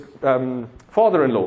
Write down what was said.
father-in-law